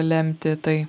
lemti tai